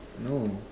no